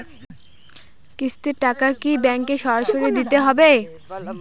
কিস্তির টাকা কি ব্যাঙ্কে সরাসরি দিতে হবে?